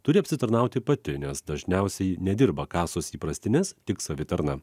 turi apsitarnauti pati nes dažniausiai nedirba kasos įprastinės tik savitarna